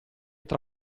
tra